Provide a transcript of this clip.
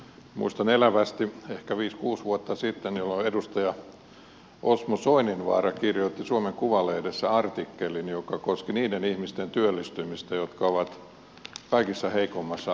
muistan elävästi kuinka ehkä viisi kuusi vuotta sitten edustaja osmo soininvaara kirjoitti suomen kuvalehdessä artikkelin joka koski niiden ihmisten työllistymistä jotka ovat kaikista heikoimmassa asemassa